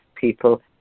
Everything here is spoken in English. people